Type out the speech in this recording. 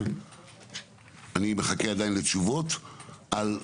אני מחכה עדיין לתשובות על,